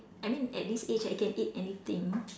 I mean at this age I can eat anything